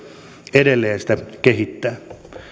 edelleen sitä kehittää